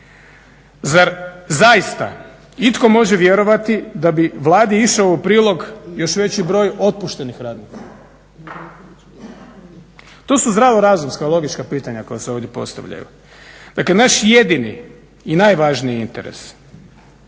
Zar zaista itko može vjerovati da bi Vladi išao u prilog još veći broj otpuštenih radnika. To su zdravo-razumska logička pitanja koja se ovdje postavljaju. Dakle, naš jedini i najvažniji je interes,